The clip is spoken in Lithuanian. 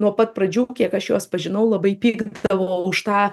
nuo pat pradžių kiek aš juos pažinau labai pykdavo už tą